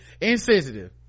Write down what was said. insensitive